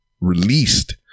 released